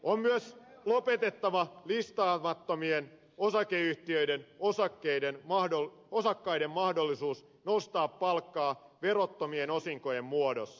on myös lopetettava listaamattomien osakeyhtiöiden osakkaiden mahdollisuus nostaa palkkaa verottomien osinkojen muodossa